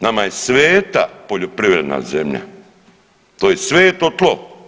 Nama je sveta poljoprivredna zemlja, to je sveto tlo.